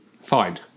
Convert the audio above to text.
fine